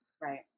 Right